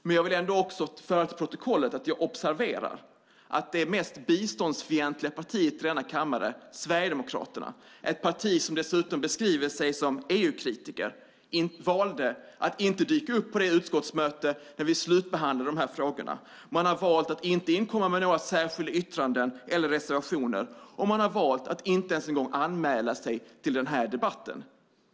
Men jag vill också få fört till protokollet att jag observerar att det mest biståndsfientliga partiet i denna kammare, Sverigedemokraterna, ett parti som dessutom beskriver sig som EU-kritiker, valde att inte dyka upp på det utskottsmöte där vi slutbehandlade de här frågorna. Man har valt att inte inkomma med några särskilda yttranden eller reservationer, och man har valt att inte ens en gång anmäla sig till den här debatten.